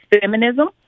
feminism